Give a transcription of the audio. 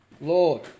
Lord